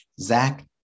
Zach